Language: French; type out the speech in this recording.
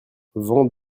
vent